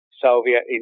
Soviet